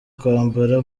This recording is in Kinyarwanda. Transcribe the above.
kwambara